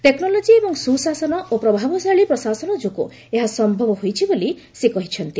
technology ଏବଂ ସୁ ଶାସନ ଓ ପ୍ରଭାବଶାଳୀ ପ୍ରଶାସନ ଯୋଗୁଁ ଏହା ସମ୍ଭବ ହେଇଛି ବୋଲି କହିଛନ୍ତି